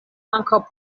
ankaŭ